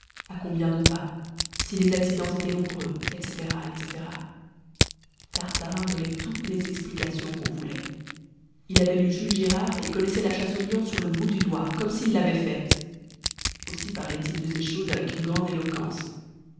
à combien de pas si les accidents étaient nombreux etc etc tartarin donnait toutes les explications qu'on voulait il avait lu jules gérard et connaissait la chasse au lion sur le bout du doigt comme s'il l'avait faite aussi parlait-il de ces choses avec une grande éloquence